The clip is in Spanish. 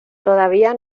todavía